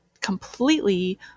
completely